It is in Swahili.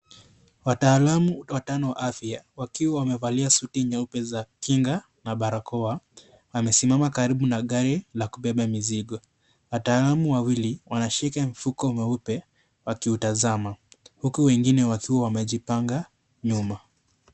Wataalam watano wa afya wakiwa wamevalia suti nyeupe za kinga na barakoa wamesimama karibu na gari la kubeba mizigo. Wataalam wawili wanashika mifuko mweupe wakiutazama huku wengine wakiwa wamejipanga nyuma.